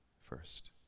first